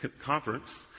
conference